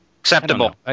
acceptable